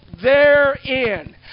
therein